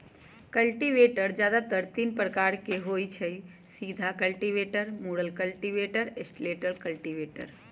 cultivator जादेतर तीने प्रकार के होई छई, सीधा कल्टिवेटर, मुरल कल्टिवेटर, स्लैटेड कल्टिवेटर